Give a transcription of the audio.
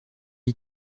les